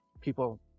people